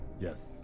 yes